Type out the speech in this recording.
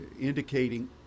indicating